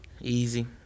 Easy